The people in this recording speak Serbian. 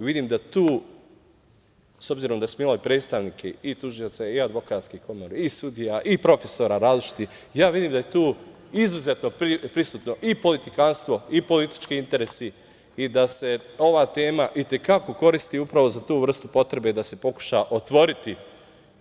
Vidim da tu, s obzirom da smo imali predstavnike i tužioca i advokatske komore i sudija i profesora različitih, ja vidim da je tu izuzetno prisutno i politikanstvo i politički interesi i da se ova tema i te kako koristi upravo za tu vrstu potrebe da se pokuša otvoriti